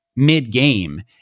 mid-game